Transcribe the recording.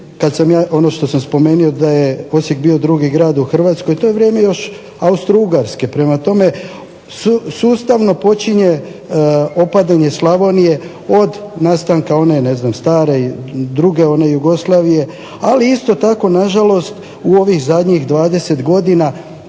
kada sam ja, ono što sam spomenuo da je Osijek bio drugi grad u Hrvatskoj, to je vrijeme još Austrougarske, prema tome, sustavno počinje opadanje Slavonije od nastanka stare, druge Jugoslavije ali isto tako na žalost u ovih zadnjih 20 godina